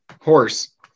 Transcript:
Horse